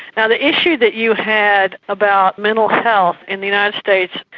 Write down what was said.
and the issue that you had about mental health in the united states,